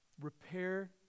repair